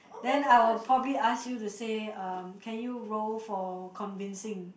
then I'll probably ask you to say um can you roll for convincing